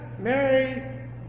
Mary